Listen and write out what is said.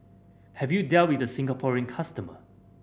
have you dealt with the Singaporean customer